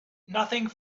nothing